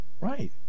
Right